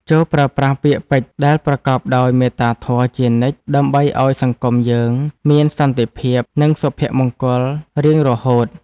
ចូរប្រើប្រាស់ពាក្យពេចន៍ដែលប្រកបដោយមេត្តាធម៌ជានិច្ចដើម្បីឱ្យសង្គមយើងមានសន្តិភាពនិងសុភមង្គលរៀងរហូត។